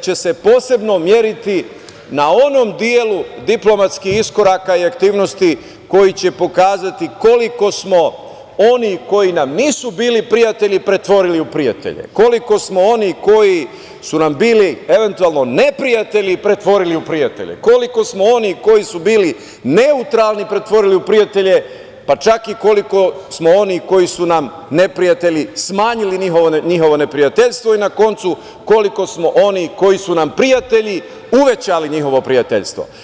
će se posebno meriti na onom delu diplomatskih iskoraka i aktivnosti koji će pokazati koliko smo onih koji nam nisu bili prijatelji pretvorili u prijatelje, koliko smo onih koji su nam bili eventualno neprijatelji pretvorili u prijatelje, koliko smo onih koji su bili neutralni pretvorili u prijatelje, pa čak i koliko smo onih koji su nam neprijatelji smanjili njihovo neprijateljstvo i, na koncu, koliko smo onih koji su nam prijatelji uvećali njihovo prijateljstvo.